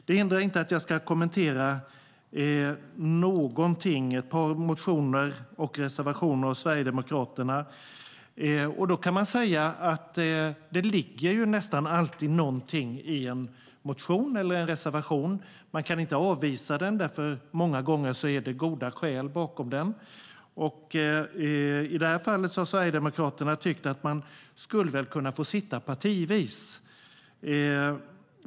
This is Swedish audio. Det hindrar inte att jag något ska kommentera ett par motioner och reservationer från Sverigedemokraterna. Det ligger nästan alltid någonting i en motion eller en reservation. Man kan inte avvisa den eftersom det många gånger är goda skäl bakom den. I det här fallet har Sverigedemokraterna tyckt att vi skulle kunna få sitta partivis.